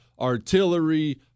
artillery